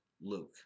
Luke